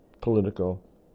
political